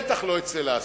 בטח לא אצל אסד,